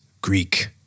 Greek